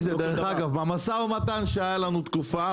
במשא ומתן שהיה לנו תקופה,